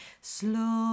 slow